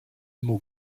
mot